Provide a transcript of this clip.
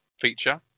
feature